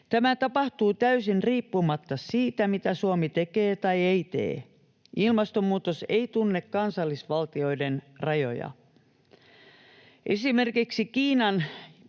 Tämä tapahtuu täysin riippumatta siitä, mitä Suomi tekee tai ei tee. Ilmastonmuutos ei tunne kansallisvaltioiden rajoja. Esimerkiksi Kiinan